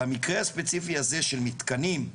במקרה הספציפי הזה של מתקנים,